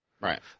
Right